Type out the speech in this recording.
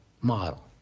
model